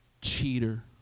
cheater